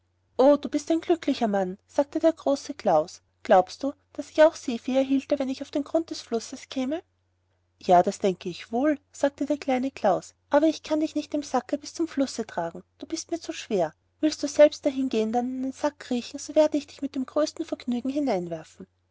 o du bist ein glücklicher mann sagte der große klaus glaubst du daß ich auch seevieh erhielte wenn ich auf den grund des flusses käme ja das denke ich wohl sagte der kleine klaus aber ich kann dich nicht im sacke bis zum flusse tragen du bist mir zu schwer willst du selbst dahin gehen und dann in den sack kriechen so werde ich dich mit dem größten vergnügen hineinwerfen